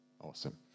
Awesome